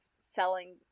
selling